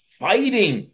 fighting